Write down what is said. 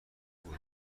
بود